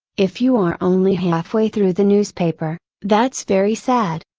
if you are only halfway through the newspaper, that's very sad.